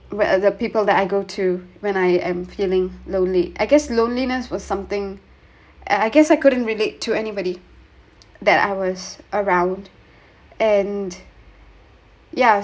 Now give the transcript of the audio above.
where are the people that I go to when I am feeling lonely I guess loneliness was something and I guess I couldn't relate to anybody that I was around and yeah